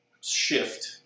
shift